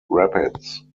rapids